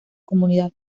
comunidad